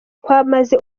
kwamaze